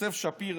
יוסף שפירא,